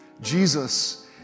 Jesus